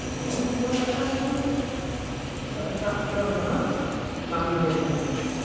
football ᱠᱷᱮᱞᱳᱸᱰ ᱪᱷᱟᱲᱟ ᱱᱤᱛᱚᱝ ᱫᱚ ᱟᱫᱚ ᱮᱴᱟᱜ ᱠᱷᱮᱞᱳᱸᱰ ᱫᱚ ᱦᱟᱸᱜ ᱵᱟᱝ ᱧᱮᱞ ᱧᱟᱢᱚᱜ ᱠᱟᱱᱟ